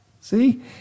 See